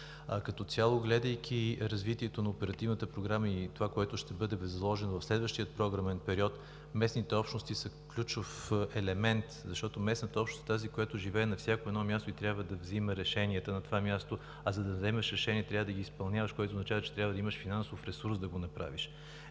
Като цяло, гледайки развитието на Оперативната програма и това, което ще бъде възложено в следващия програмен период, местните общности са ключов елемент, защото местната общност е тази, която живее на всяко едно място и трябва да взима решенията на това място. Като вземеш решение, трябва да го изпълняваш, което означава, че трябва да имаш финансов ресурс да го направиш.